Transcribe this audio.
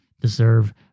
deserve